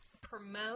promote